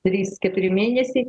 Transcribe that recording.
trys keturi mėnesiai